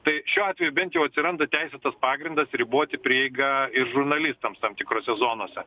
tai šiuo atveju bent jau atsiranda teisėtas pagrindas riboti prieigą ir žurnalistams tam tikrose zonose